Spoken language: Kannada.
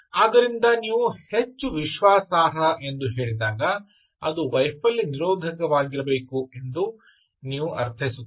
ಆದ್ದರಿಂದ ನೀವು ಹೆಚ್ಚು ವಿಶ್ವಾಸಾರ್ಹ ಎಂದು ಹೇಳಿದಾಗ ಅದು ವೈಫಲ್ಯ ನಿರೋಧಕವಾಗಿರಬೇಕು ಎಂದು ನೀವು ಅರ್ಥೈಸುತ್ತೀರಿ